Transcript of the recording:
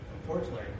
unfortunately